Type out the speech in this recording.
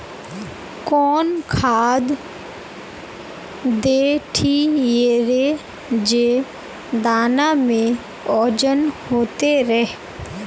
कौन खाद देथियेरे जे दाना में ओजन होते रेह?